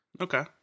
Okay